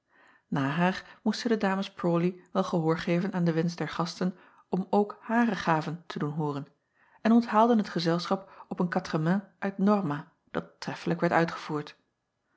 a haar moesten de ames rawley wel gehoor geven aan den wensch der gasten om ook hare gaven te doen hooren en onthaalden het gezelschap op een quatre-mains uit orma dat treffelijk werd uitgevoerd